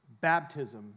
Baptism